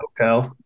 okay